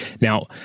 Now